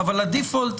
אבל הדיפולט,